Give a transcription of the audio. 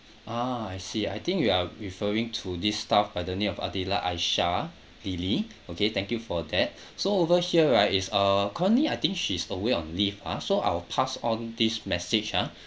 ah I see I think you are referring to this staff by the name of adilah aisyah dili okay thank you for that so over here right is uh currently I think she's away on leave ah so I will pass on this message ah